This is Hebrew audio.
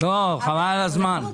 לא, חבר על הזמן.